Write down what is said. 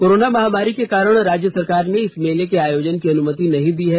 corona महामारी के कारण राज्य सरकार ने इस मेले के आयोजन की अनुमति नहीं दी है